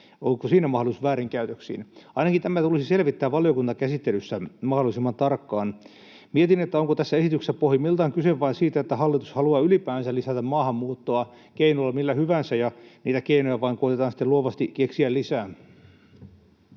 onko siinä mahdollisuus väärinkäytöksiin. Ainakin tämä tulisi selvittää valiokuntakäsittelyssä mahdollisimman tarkkaan. Mietin, onko tässä esityksessä pohjimmiltaan kyse vain siitä, että hallitus haluaa ylipäänsä lisätä maahanmuuttoa keinolla millä hyvänsä ja niitä keinoja vain koetetaan sitten luovasti keksiä lisää.